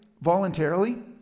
voluntarily